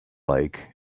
like